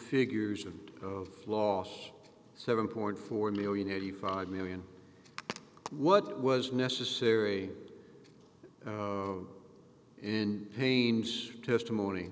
figures of the last seven point four million eighty five million what was necessary and pains testimony